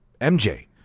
MJ